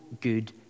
good